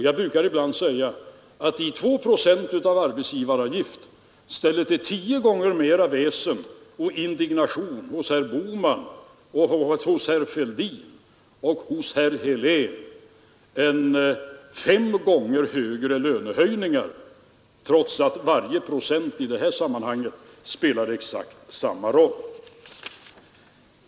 Jag brukar ibland säga att 2 procent i höjd arbetsgivaravgift ställer till tio gånger mera väsen och indignation hos herr Bohman, herr Fälldin och herr Helén än fem gånger högre lönehöjningar, trots att varje procent i det här sammanhanget spelar exakt samma roll.